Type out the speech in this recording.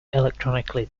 electronically